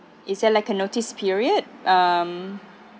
is there like a notice period um